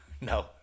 No